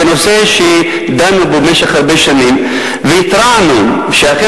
זה נושא שדנו בו במשך הרבה שנים והתרענו שאכן,